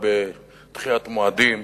מס' 9) (דחיית המועד לחובת הנגישות),